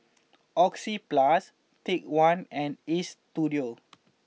Oxyplus Take One and Istudio